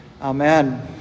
Amen